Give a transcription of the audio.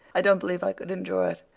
i don't believe i could endure it.